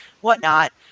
whatnot